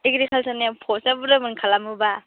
एग्रिकालचारनिया पस्टआ बुरजामोन खालामोब्ला